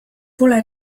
pole